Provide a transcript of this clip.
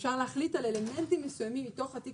אפשר להחליט על אלמנטים מסוימים מתוך תיק